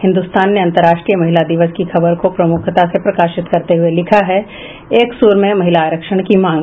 हिन्दुस्तान ने अंतर्राष्ट्रीय महिला दिवस की खबर को प्रमुखता से प्रकाशित करते हुए लिखा है एक सूर में महिला आरक्षण की मांग